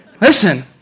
listen